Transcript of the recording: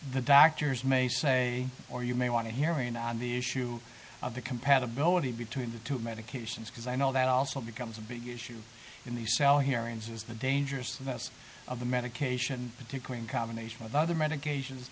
the doctors may say or you may want to hear ian on the issue of the compatibility between the two medications because i know that also becomes a big issue in the sal hearings is the dangerousness of the medication particular in combination with other medications